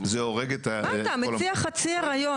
היא החלטה שצריכה להיות מנומקת,